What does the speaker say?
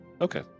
Okay